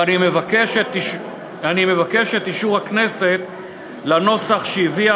ואני מבקש את אישור הכנסת לנוסח שהביאה